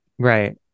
Right